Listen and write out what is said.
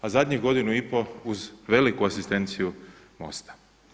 A zadnjih godinu i pol uz veliku asistenciju MOST-a.